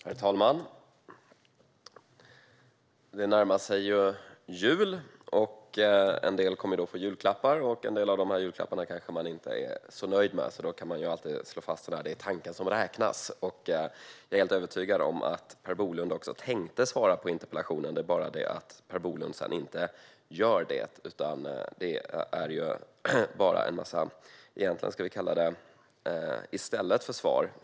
Herr talman! Det närmar sig jul. En del kommer att få julklappar. Vissa av dessa julklappar kanske man inte är så nöjd med. Men då kan man alltid slå fast att det är tanken som räknas. Jag är helt övertygad om att Per Bolund också tänkte svara på interpellationen. Det är bara det att Per Bolund sedan inte gör det, utan läser upp en massa text i stället för svar.